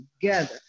together